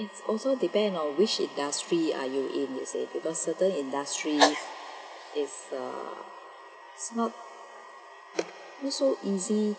it's also depend on which industry are you in you see because certain industry it's ah it's not not so easy